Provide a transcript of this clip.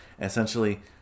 Essentially